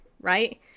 right